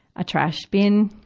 a trash bin.